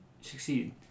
succeed